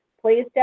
Please